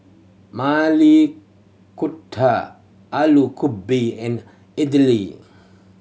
Maili Kofta Alu Gobi and Idili